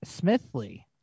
Smithley